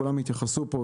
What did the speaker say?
כולם התייחסו פה,